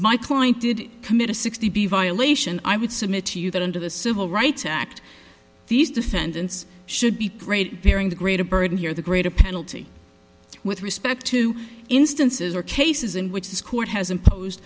my client did commit a sixty violation i would submit to you that under the civil rights act these defendants should be preyed bearing the greater burden here the greater penalty with respect to instances or cases in which this court has impose